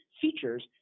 features